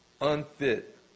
unfit